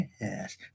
yes